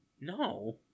no